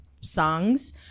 songs